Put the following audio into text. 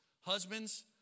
Husbands